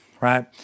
right